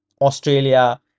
australia